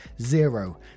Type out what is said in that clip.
Zero